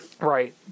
Right